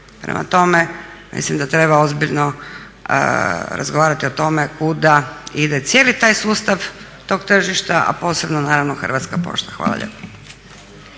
prema tome mislim da treba ozbiljno razgovarati o tome kuda ide cijeli taj sustav tog tržišta a posebno naravno Hrvatska pošta. Hvala lijepa.